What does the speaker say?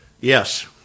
Yes